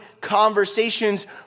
conversations